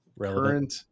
Current